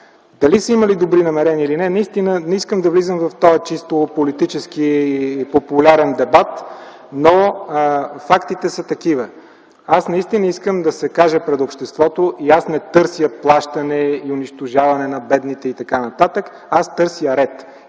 Дали са имали добри намерения или не, не искам да влизам в този чисто политически популярен дебат, но фактите са такива. Искам да се каже пред обществото – аз не търся плащане и унищожаване на бедните и т.н., а търся ред.